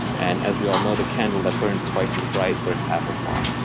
and as we all know, the candle that burns twice as bright burns half as long.